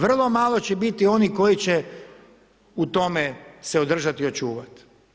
Vrlo malo će biti onih koji će u tome se održati i očuvati.